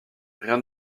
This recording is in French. rien